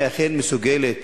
האם היא אכן מסוגלת